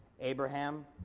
Abraham